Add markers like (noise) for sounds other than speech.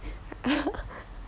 (laughs)